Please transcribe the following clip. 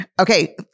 Okay